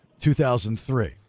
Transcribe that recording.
2003